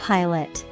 Pilot